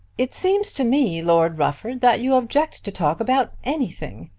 it seems to me, lord rufford, that you object to talk about anything.